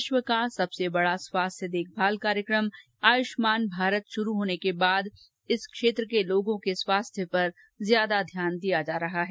विश्व का सबसे बड़ा स्वास्थ्य देखभाल कार्यक्रम आयुष्मान भारत शुरू होने के बाद इस क्षेत्र के लोगों के स्वास्थ्य पर ज्यादा ध्यान दिया जा रहा है